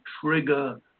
trigger